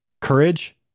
courage